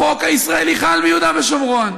החוק הישראלי חל ביהודה ושומרון,